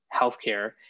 healthcare